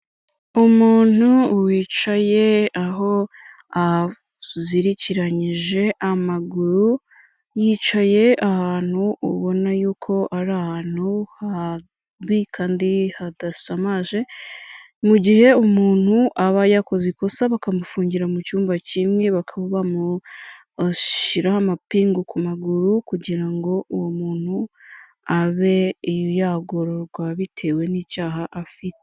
Umuntu wicaye, aho ahazirikiranyije amaguru, yicaye ahantu ubona yuko ari ahantu habi kandi hadasamaje, mu gihe umuntu aba yakoze ikosa bakamufungira mu cyumba kimwe bakaba bamushyiraho amapingu ku maguru kugira ngo uwo muntu abe yagororwa bitewe n'icyaha afite.